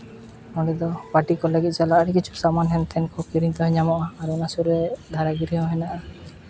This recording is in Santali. ᱚᱸᱰᱮ ᱫᱚ ᱯᱟᱹᱴᱤ ᱠᱚ ᱞᱟᱹᱜᱤᱫ ᱪᱟᱞᱟᱜ ᱟᱹᱰᱤ ᱠᱤᱪᱷᱩ ᱥᱟᱢᱟᱱ ᱦᱮᱱ ᱛᱷᱮᱱ ᱠᱚ ᱠᱤᱨᱤᱧᱛᱮ ᱧᱟᱢᱚᱜᱼᱟ ᱟᱨ ᱚᱱᱟ ᱥᱩᱨ ᱨᱮ ᱫᱟᱨᱮ ᱫᱷᱤᱨᱤ ᱦᱚᱸ ᱦᱮᱱᱟᱜᱼᱟ